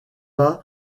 pas